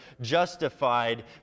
justified